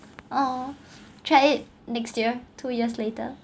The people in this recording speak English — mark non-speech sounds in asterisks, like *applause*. *noise* oo try it next year two years later